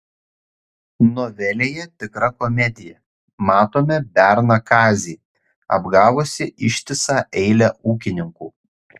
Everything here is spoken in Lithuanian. novelėje tikra komedija matome berną kazį apgavusį ištisą eilę ūkininkų